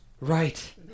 Right